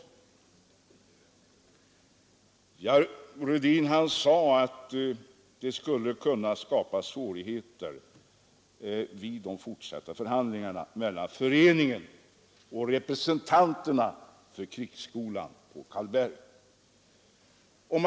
Vogel-Rödin sade att det genom en motion kanske skulle skapas svårigheter vid de fortsatta förhandlingarna mellan föreningen och representanterna för krigsskolan på Karlberg.